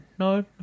No